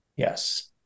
Yes